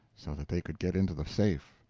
so that they could get into the safe.